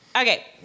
Okay